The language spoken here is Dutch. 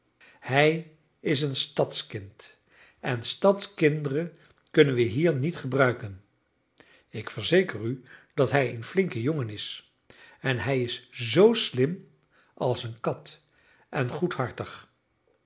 hij is een stadskind en stadskinderen kunnen we hier niet gebruiken ik verzeker u dat hij een flinke jongen is en hij is zoo slim als een kat en